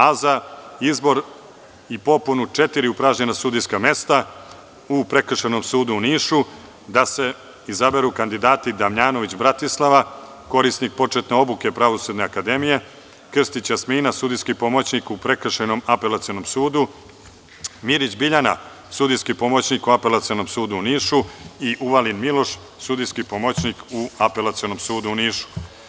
A za izbor i popunu četiri upražnjena sudijska mesta, u Prekršajnom sudu u Nišu da se izaberu kandidati Damnjanović Bratislava, korisnik početne obuke Pravosudne akademije, Krstić Jasmina, sudijski pomoćnik u Prekršajnom apelacionom sudu, Mirić Biljana, sudijski pomoćnik u Apelacionom sudu u Nišu i Uvalin Miloš, sudijski pomoćnik u Apelacionom sudu u Nišu.